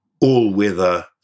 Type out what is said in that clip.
all-weather